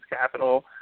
capital